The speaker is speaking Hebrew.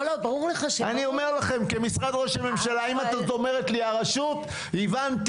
ברור לך --- כמשרד ראש הממשלה אם את עוד אומרת לי: הרשות הבנתי,